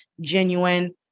genuine